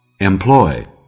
employ